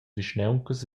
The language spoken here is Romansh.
vischnauncas